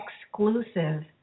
exclusive